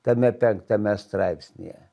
tame penktame straipsnyje